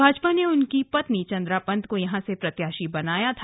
भाजपा ने उनकी पत्नी चन्द्रा पन्त को यहां से प्रत्याशी बनाया था